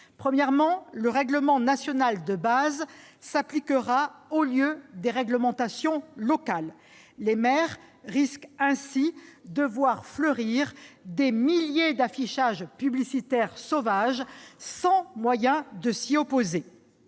Premièrement, le règlement national de base s'appliquera au lieu des réglementations locales. Les maires risquent de voir fleurir des milliers d'affichages publicitaires sauvages, sans moyen de s'y opposer.